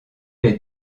les